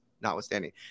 notwithstanding